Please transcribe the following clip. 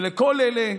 ובכל אלה,